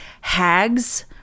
hags